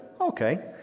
Okay